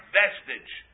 vestige